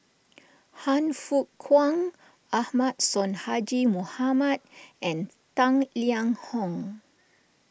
Han Fook Kwang Ahmad Sonhadji Mohamad and Tang Liang Hong